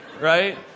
right